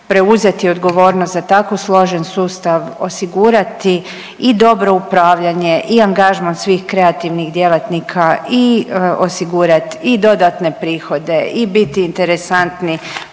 preuzeti odgovornost za tako složen sustav, osigurati i dobro upravljanje i angažman svih kreativnih djelatnika i osigurat i dodatne prihode i biti interesantni